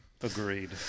Agreed